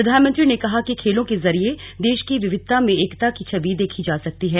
प्रधानमंत्री ने कहा कि खेलों के जरिये देश की विविधता में एकता की छवि देखी जा सकती है